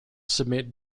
submit